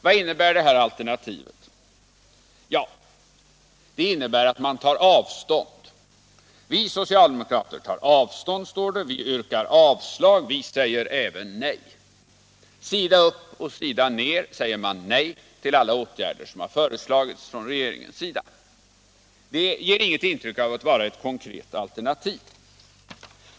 Vad innebär det alternativet? Ja, det innebär att man tar avstånd. ”Vi socialdemokrater tar avstånd”, står det, ”vi yrkar avslag”, ”vi säger även nej”. Sida upp och sida ner säger man nej till alla åtgärder som har föreslagits från regeringens sida. Det ger inget intryck av att vara ett konkret alternativ.